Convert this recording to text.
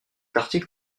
article